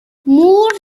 moore